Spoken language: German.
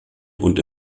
und